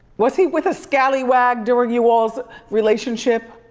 was he with a scallywag during you all's relationship?